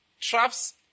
Traps